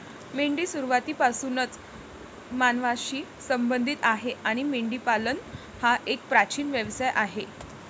मेंढी सुरुवातीपासूनच मानवांशी संबंधित आहे आणि मेंढीपालन हा एक प्राचीन व्यवसाय आहे